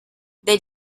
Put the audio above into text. they